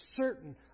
certain